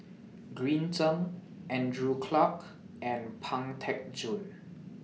Green Zeng Andrew Clarke and Pang Teck Joon